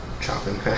Chopping